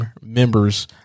members